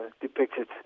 depicted